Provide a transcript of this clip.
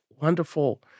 Wonderful